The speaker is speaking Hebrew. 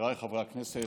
חבריי חברי הכנסת,